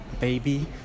Baby